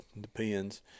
depends